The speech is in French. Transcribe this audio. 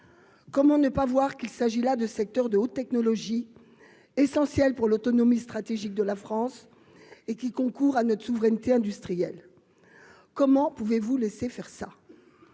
comment ne pas voir qu'il s'agit là de secteurs de haute technologie, essentielle pour l'autonomie stratégique de la France et qui concourent à notre souveraineté industrielle, comment pouvez-vous laisser faire ça